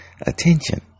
Attention